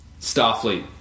Starfleet